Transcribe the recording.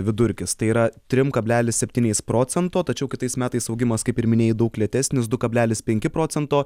vidurkis tai yra trim kablelis septyniais procento tačiau kitais metais augimas kaip ir minėjai daug lėtesnis du kablelis penki procento